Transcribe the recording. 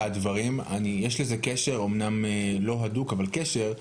יש לזה קשר, אמנם לא הדוק אבל קשר,